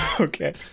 okay